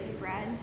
bread